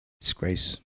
Disgrace